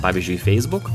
pavyzdžiui facebook